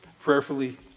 Prayerfully